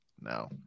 No